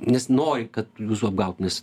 nes nori kad jūsų apgaut nes